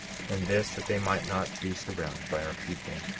and this that they might not be surrounded by our people.